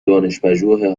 دانشپژوه